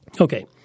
Okay